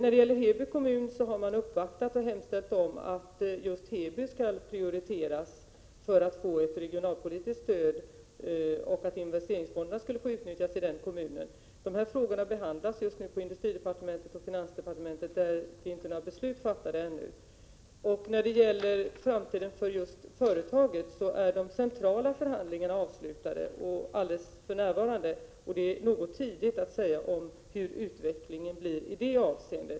Från Heby kommun har man vid uppvaktningar hemställt att just Heby kommun skall prioriteras för att få ett regionalpolitiskt stöd, och man har begärt att investeringsfonderna skall få utnyttjas i kommunen. Dessa frågor behandlas just nu i industridepartementet och finansdepartementet, men några beslut är ännu inte fattade. Beträffande framtiden för företaget är de centrala förhandlingarna nyss avslutade, och det är väl tidigt att säga någonting om hur utvecklingen blir.